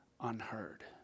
Unheard